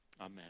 Amen